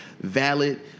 valid